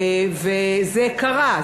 זה קרה,